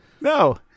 no